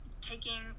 taking